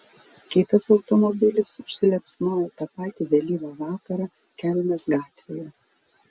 kitas automobilis užsiliepsnojo tą patį vėlyvą vakarą kelmės gatvėje